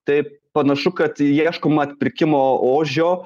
tai panašu kad ieškoma atpirkimo ožio